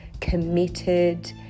committed